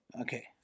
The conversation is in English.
Okay